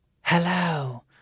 hello